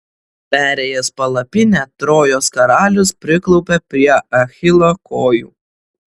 perėjęs palapinę trojos karalius priklaupia prie achilo kojų